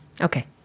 okay